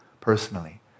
personally